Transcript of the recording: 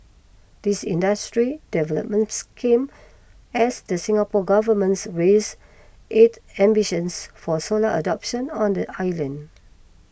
these industry developments come as the Singapore Government's raise its ambitions for solar adoption on the island